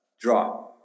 draw